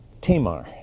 Tamar